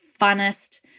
funnest